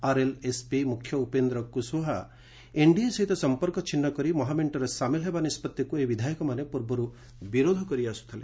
RLSP ମୁଖ୍ୟ Upendra Kushwaha NDA ସହ ସମ୍ପର୍କ ଛିନ୍ନ କରି ମହାମେଙ୍କରେ ସାମିଲ୍ ହେବା ନିଷ୍ପଭିକୁ ଏହି ବିଧାୟକମାନେ ପୂର୍ବରୁ ବିରୋଧ କରିଆସ୍ଥିଥିଲେ